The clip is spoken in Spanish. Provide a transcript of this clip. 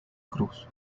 cruz